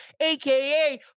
AKA